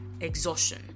exhaustion